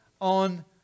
on